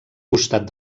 costat